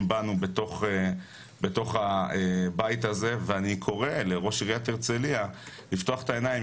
בנו בתוך הבית הזה ואני קורא לראש עיריית הרצליה לפתוח את העיניים,